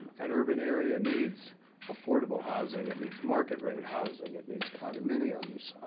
an urban area needs affordable housing. it needs market rate housing. it needs condominiums,